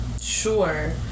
Sure